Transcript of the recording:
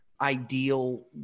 ideal